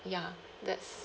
ya that's